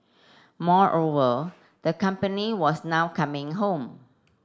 moreover the company was now coming home